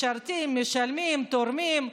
משרתים, משלמים, תורמים,